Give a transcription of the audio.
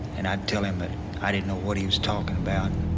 and i'd tell him that i didn't know what he was talking about.